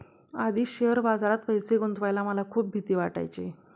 आधी शेअर बाजारात पैसे गुंतवायला मला खूप भीती वाटायची